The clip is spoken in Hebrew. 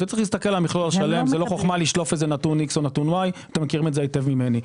לא חוכמה לשלוף נתון זה או אחר אתם מכירים את זה היטב ממני.